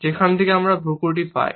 যেখান থেকে আমরা ভ্রুকুটি পাই